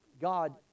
god